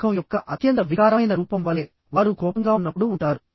ముఖం యొక్క అత్యంత వికారమైన రూపం వలె వారు కోపంగా ఉన్నప్పుడు ఉంటారు